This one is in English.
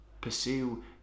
pursue